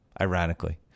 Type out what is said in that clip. ironically